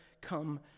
come